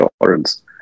insurance